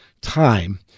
time